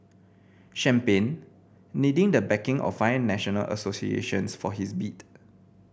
champagne needing the backing of five national associations for his bid